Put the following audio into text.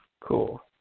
Cool